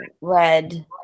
read